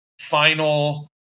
final